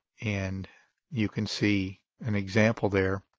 and you can see an example there.